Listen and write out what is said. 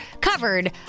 covered